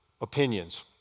Opinions